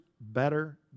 better